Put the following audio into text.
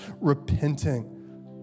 repenting